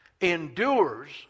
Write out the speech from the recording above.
endures